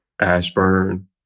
Ashburn